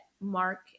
Mark